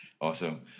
Awesome